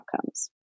outcomes